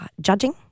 judging